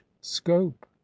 scope